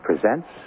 presents